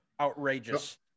outrageous